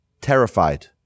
terrified